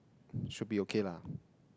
should be okay lah